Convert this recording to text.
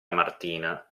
martina